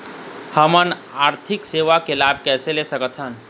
हमन आरथिक सेवा के लाभ कैसे ले सकथन?